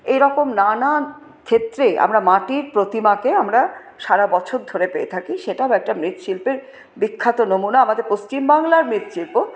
এইরকম নানা ক্ষেত্রে আমরা মাটির প্রতিমাকে আমরা সারা বছর ধরে পেয়ে থাকি সেটাও একটা মৃৎ শিল্পের বিখ্যাত নমুনা আমাদের পশ্চিমবাংলার মৃৎশিল্প